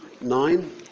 nine